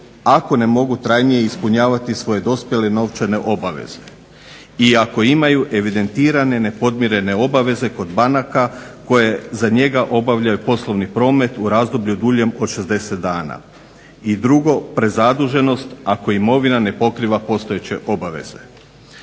ako ne mogu trajnije ispunjavati svoje dospjele novčane obaveze i ako imaju evidentirane nepodmirene obaveze kod banaka koje za njega obavljaju poslovni promet u razdoblju duljem od 60 dana. I drugo, prezaduženost ako imovina ne pokriva postojeće obaveze.